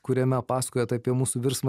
kuriame pasakojat apie mūsų virsmą